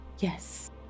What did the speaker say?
Yes